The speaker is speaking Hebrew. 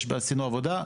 עשינו עבודה,